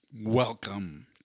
Welcome